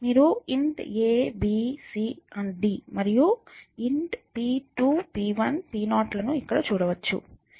మీరు int a b c d మరియు int p2 p1 p0 లను ఇక్కడ చూడవచ్చు